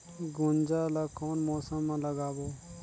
गुनजा ला कोन मौसम मा लगाबो?